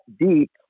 deep